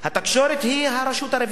התקשורת היא הרשות הרביעית,